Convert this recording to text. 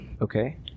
Okay